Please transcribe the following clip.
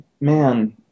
man